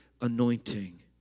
anointing